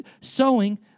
sowing